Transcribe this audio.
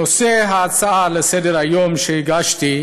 נושא ההצעה לסדר-היום שהגשתי: